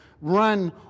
run